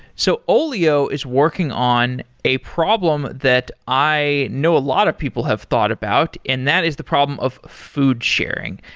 so olio is working on a problem that i know a lot of people have thought about, and that is the problem of food sharing.